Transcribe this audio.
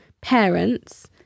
parents